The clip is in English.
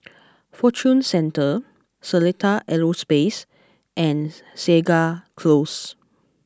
Fortune Centre Seletar Aerospace and Segar Close